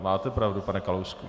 Máte pravdu, pane Kalousku.